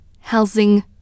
housing